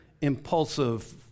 impulsive